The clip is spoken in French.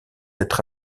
être